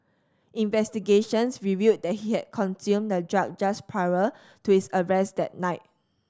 investigations revealed that he had consumed the drug just prior to his arrest that night